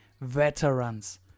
veterans